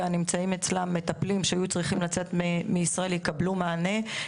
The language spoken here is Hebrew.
נמצאים אצלם מטפלים שהיו צריכים לצאת מישראל יקבלו מענה.